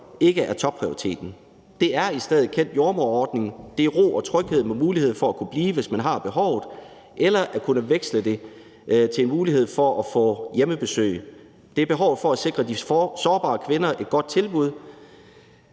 ikke er topprioriteten. Det er i stedet kendt jordemoder-ordningen. Det er ro og tryghed med mulighed for at kunne blive, hvis man har behovet, eller at kunne veksle det til en mulighed for at få hjemmebesøg. Det er behovet for at sikre de sårbare kvinder et godt tilbud.